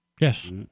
yes